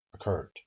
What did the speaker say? occurred